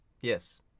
Yes